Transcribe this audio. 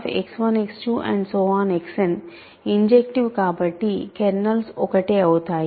Xnఇంజెక్టివ్ కాబట్టి కెర్నల్స్ ఒకటే అవుతాయి